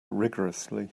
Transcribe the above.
rigourously